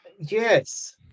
Yes